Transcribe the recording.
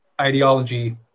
ideology